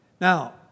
Now